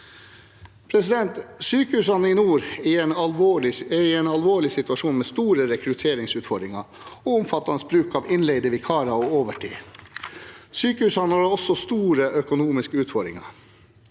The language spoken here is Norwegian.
vi ser. Sykehusene i nord er i en alvorlig situasjon, med store rekrutteringsutfordringer og omfattende bruk av innleide vikarer og overtid. Sykehusene har også store økonomiske utfordringer.